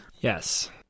Yes